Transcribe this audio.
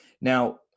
Now